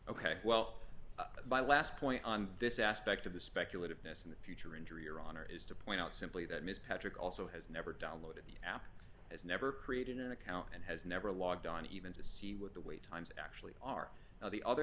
ok well my last point on this aspect of the speculative ness in the future injury or honor is to point out simply that ms patrick also has never downloaded the app as never created an account and has never logged on even to see what the wait times actually are now the other